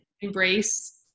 embrace